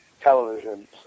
television